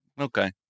okay